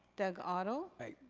doug otto. aye.